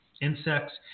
insects